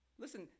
Listen